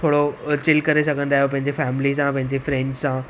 थोरो चिल करे सघंदा आहियो पंहिंजे फेमिली सां पंहिंजे फ्रेंड्स सां